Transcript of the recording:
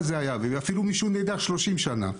אפילו מישהו נעדר 30 שנה.